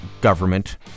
government